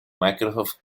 microsoft